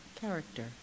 character